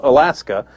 Alaska